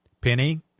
Penny